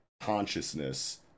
consciousness